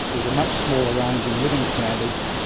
with a much smaller range in living standards,